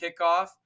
kickoff